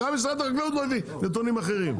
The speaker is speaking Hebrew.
גם משרד החקלאות לא הביא נתונים אחרים.